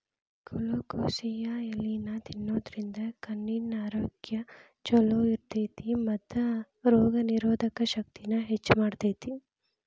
colocasia ಎಲಿನಾ ತಿನ್ನೋದ್ರಿಂದ ಕಣ್ಣಿನ ಆರೋಗ್ಯ್ ಚೊಲೋ ಇರ್ತೇತಿ ಮತ್ತ ರೋಗನಿರೋಧಕ ಶಕ್ತಿನ ಹೆಚ್ಚ್ ಮಾಡ್ತೆತಿ